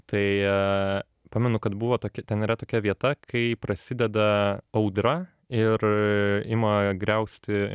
tai pamenu kad buvo toki ten yra tokia vieta kai prasideda audra ir ima griausti